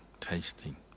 tasting